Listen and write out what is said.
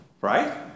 right